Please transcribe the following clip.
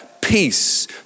Peace